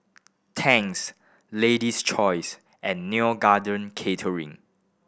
Tangs Lady's Choice and Neo Garden Catering